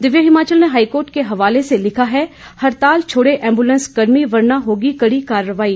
दिव्य हिमाचल ने हाईकोर्ट के हवाले से लिखा है हड़ताल छोड़े एंबुलेंस कर्मी वरना होगी कड़ी कार्रवाई